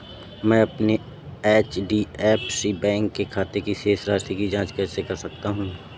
मैं अपने HDFC bank के खाते की शेष राशि की जाँच कैसे कर सकता हूँ?